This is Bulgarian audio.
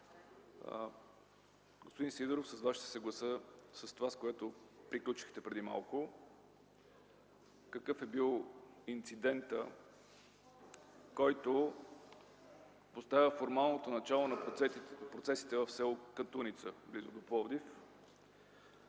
Господин Сидеров, с Вас ще се съглася, за това, с което приключихте преди малко – какъв е бил инцидентът, който поставя формалното начало на процесите в с. Катуница, близо до Пловдив,